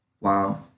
Wow